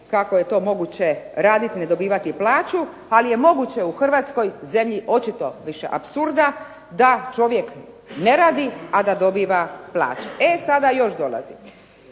kako je to moguće raditi ne dobivati plaću, ali je moguće u Hrvatskoj zemlji. Očito više apsurda da čovjek ne radi, a da dobiva plaću. E sada još dolazi,